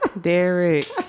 Derek